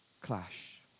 Clash